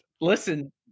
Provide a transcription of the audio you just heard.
Listen